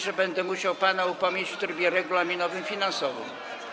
że będę musiał pana upomnieć w trybie regulaminowym finansowo.